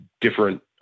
different